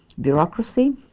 bureaucracy